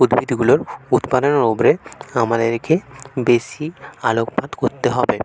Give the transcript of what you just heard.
উদ্ভিদগুলোর উৎপাদনের উপরে আমাদেরকে বেশি আলোকপাত করতে হবে